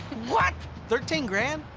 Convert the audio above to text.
what? thirteen grand?